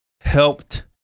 helped